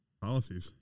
policies